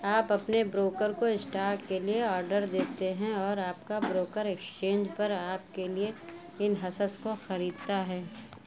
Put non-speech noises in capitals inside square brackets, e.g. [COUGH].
آپ اپنے بروکر کو اسٹاک کے لیے آرڈر دیتے ہیں اور آپ کا بروکر ایکسچینج پر آپ کے لیے ان [UNINTELLIGIBLE] کو خریدتا ہے